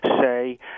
say